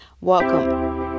Welcome